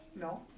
no